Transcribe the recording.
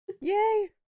Yay